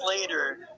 later